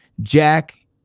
Jack